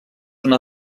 una